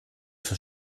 für